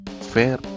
fair